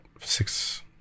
six